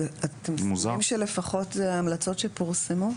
אתם יודעים שלפחות זה ההמלצות שפורסמו?